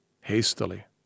hastily